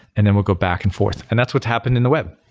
and then we'll go back and forth. and that's what happened in the web,